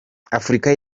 afurika